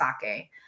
sake